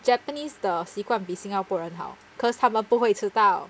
japanese 的习惯比新加坡人好 cause 他们不会迟到